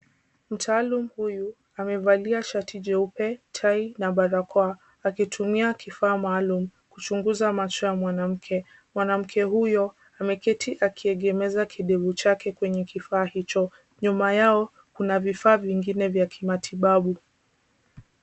Mtaalam huyu amevalia shati jeupe, tai na barakoa akitumia kifaa maalum kuchunguza macho ya mwanamke. Mwanamke huyo ameketi akiegemeza kidevu chake kwenye kifaa hicho. Nyuma yao kuna vifaa vingine vya kimatibabu.